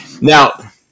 now